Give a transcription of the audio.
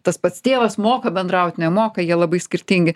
tas pats tėvas moka bendraut nemoka jie labai skirtingi